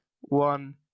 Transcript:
one